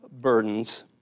burdens